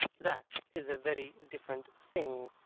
that is a very different thing.